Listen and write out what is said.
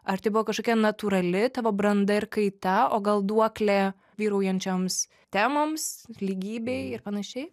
ar tai buvo kažkokia natūrali tavo branda ir kaita o gal duoklė vyraujančioms temoms lygybei ir panašiai